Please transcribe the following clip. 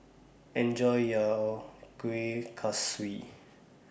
Enjoy your Kueh Kaswi